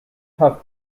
have